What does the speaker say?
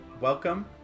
welcome